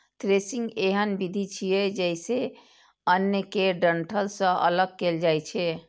threshing एहन विधि छियै, जइसे अन्न कें डंठल सं अगल कैल जाए छै